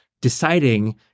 deciding